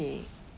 okay